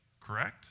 correct